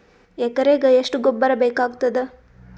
ಎಕರೆಗ ಎಷ್ಟು ಗೊಬ್ಬರ ಬೇಕಾಗತಾದ?